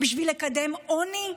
בשביל לקדם עוני?